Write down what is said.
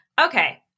okay